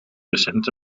recent